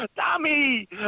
Tommy